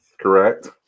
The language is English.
Correct